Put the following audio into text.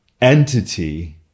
entity